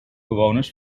bewoners